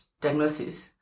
diagnosis